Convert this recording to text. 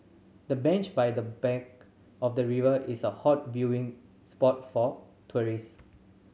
the bench by the bank of the river is a hot viewing spot for tourist